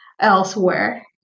elsewhere